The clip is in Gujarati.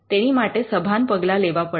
તેની માટે સભાન પગલાં લેવા પડે